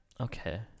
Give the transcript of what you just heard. Okay